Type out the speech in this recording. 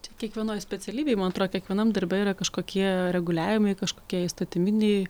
čia kiekvienoj specialybėj man atrodo kiekvienam darbe yra kažkokie reguliavimai kažkokie įstatyminiai